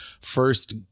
first